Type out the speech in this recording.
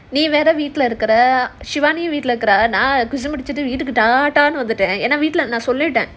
நீ வேற வீட்ல இருக்குற:nee vera vetla irukura shivani வேற வீட்ல இருக்குற:vera veetla irukura